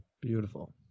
Beautiful